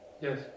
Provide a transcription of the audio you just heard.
Yes